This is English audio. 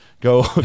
go –